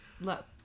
Look